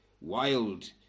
wild